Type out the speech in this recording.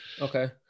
okay